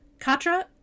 Katra